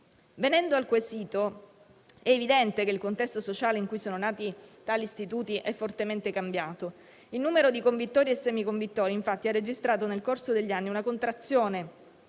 Venendo al quesito, è evidente che il contesto sociale in cui sono nati tali istituti è fortemente cambiato. Il numero di convittori e semiconvittori, infatti, ha registrato nel corso degli anni una contrazione,